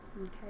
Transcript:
Okay